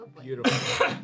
Beautiful